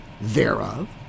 thereof